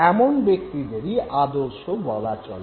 এমন ব্যক্তিদেরই আদর্শ বলা চলে